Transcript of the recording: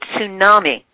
tsunami